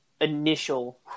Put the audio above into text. initial